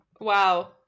wow